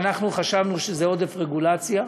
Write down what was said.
ואנחנו חשבנו שזה עודף רגולציה.